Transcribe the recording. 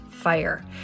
fire